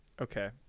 okay